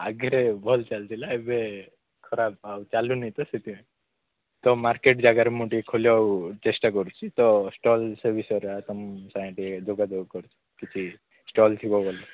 ଆଗରେ ଭଲ ଚାଲୁଥିଲା ଏବେ ଖରାପ ଆଉ ଚାଲୁନି ତ ସେଥିପାଇଁ ତ ମାର୍କେଟ ଯାଗାରେ ମୁଁ ଟିକେ ଖୋଲିବାକୁ ଚେଷ୍ଟା କରୁଛି ତ ଷ୍ଟଲ୍ ସେ ବିଷୟରେ ତୁମ ସାଙ୍ଗରେ ଯୋଗାଯୋଗ କରୁଛି କିଛି ଷ୍ଟଲ୍ ଥିବ ବୋଲେ